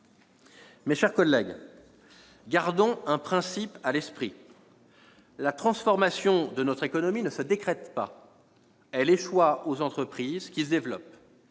Mes chers collègues, gardons à l'esprit un principe : la transformation de notre économie ne se décrète pas, elle échoit aux entreprises qui se développent.